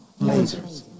lasers